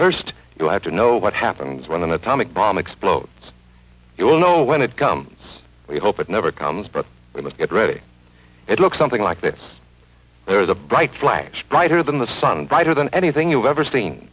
first you have to know what happens when an atomic bomb explodes you will know when it comes we hope it never comes but we must get ready it looks something like this there is a bright flash brighter than the sun brighter than anything you've ever seen